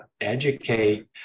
educate